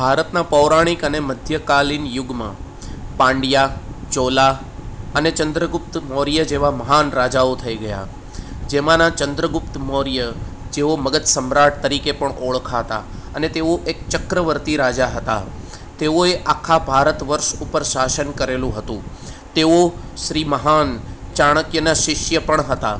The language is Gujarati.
ભારતના પૌરાણિક અને મધ્યકાલીન યુગમાં પાંડિયા ચોલા અને ચન્દ્રગુપ્ત મૌર્ય જેવા મહાન રાજાઓ થઈ ગયા જેમાંના ચન્દ્રગુપ્ત મૌર્ય જેઓ મગધ સમ્રાટ તરીકે પણ ઓળખાતા અને તેઓ એક ચક્રવર્તી રાજા હતા તેઓએ આખા ભારત વર્ષ ઉપર શાસન કરેલું હતું તેઓ શ્રી મહાન ચાણક્યના શિષ્ય પણ હતા